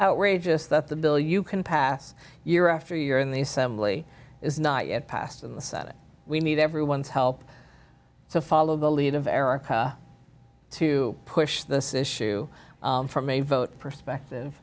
outrageous that the bill you can pass year after year in the assembly is not yet passed in the senate we need everyone's help so follow the lead of error to push this issue from a vote perspective